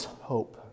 hope